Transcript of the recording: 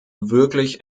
wirklich